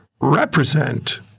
represent